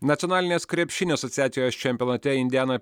nacionalinės krepšinio asociacijos čempionate indiana